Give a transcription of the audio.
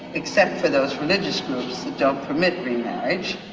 except for those religious groups who don't permit remarriage,